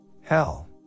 Hell